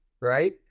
Right